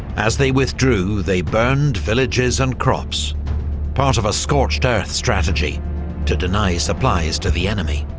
as they withdrew they burned villages and crops part of a scorched earth strategy to deny supplies to the enemy.